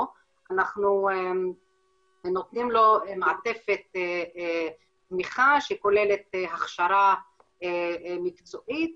אנחנו נותנים לו מעטפת תמיכה שכוללת הכשרה מקצועית